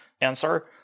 answer